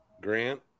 grant